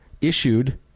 issued